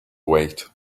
wait